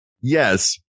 Yes